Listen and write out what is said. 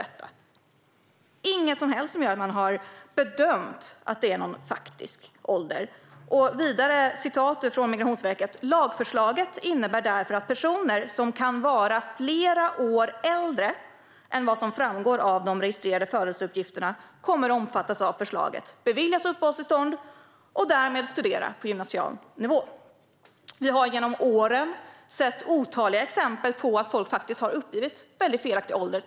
Det finns inga grunder för att man har bedömt en faktisk ålder. Vidare sägs det från Migrationsverket: Lagförslaget innebär därför att personer som kan vara flera år äldre än vad som framgår av de registrerade födelseuppgifterna kommer att omfattas av förslaget, beviljas uppehållstillstånd och får därmed studera på gymnasial nivå. Genom åren har vi sett otaliga exempel på att folk har uppgivit felaktig ålder.